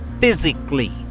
physically